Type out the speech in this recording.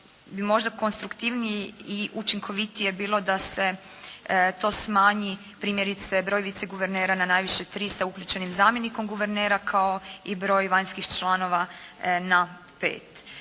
možda konstruktivniji i učinkovitije bile da se to smanji, primjerice broj guvernera na najviše 3 sa uključenim zamjenikom guvernera, kao i broj vanjskih članova na 5.